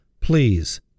please